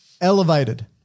elevated